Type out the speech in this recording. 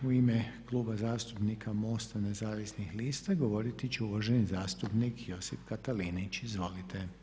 Sljedeći u ime Kluba zastupnika MOST-a Nezavisnih lista govoriti će uvaženi zastupnik Josip Katalinić, izvolite.